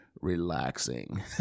relaxing